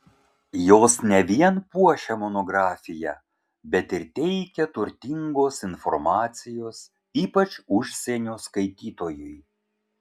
jos ne vien puošia monografiją bet ir teikia turtingos informacijos ypač užsienio skaitytojui